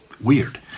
weird